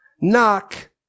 knock